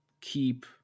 keep